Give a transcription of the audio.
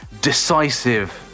decisive